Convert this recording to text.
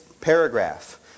paragraph